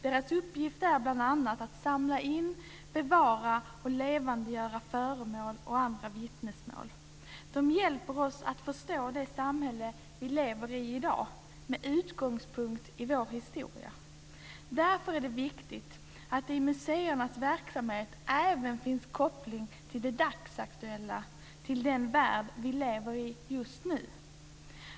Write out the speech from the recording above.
Deras uppgift är bl.a. att samla in, bevara och levandegöra föremål och andra vittnesbörd. De hjälper oss att förstå det samhälle vi lever i i dag med utgångspunkt i vår historia. Därför är det viktigt att det i museernas verksamhet även finns koppling till det dagsaktuella och till den värld vi lever i just nu.